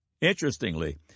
Interestingly